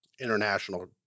international